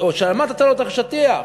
שמטת לו את השטיח.